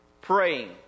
praying